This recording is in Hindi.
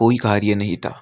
कोई कार्य नहीं था